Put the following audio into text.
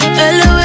hello